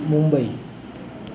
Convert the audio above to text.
Mumbai